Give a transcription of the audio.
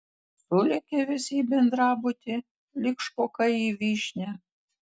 sulėkė visi į bendrabutį lyg špokai į vyšnią